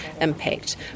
impact